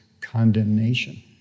condemnation